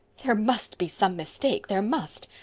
there must be some mistake. there must.